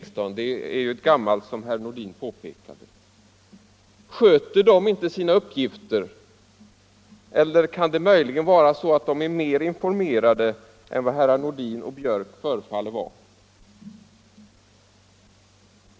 Sköter de borgerliga ledamöterna inte sina uppgifter eller kan det möjligen vara så att de är bättre informerade än vad herr Nordin och herr Björck förefaller att vara?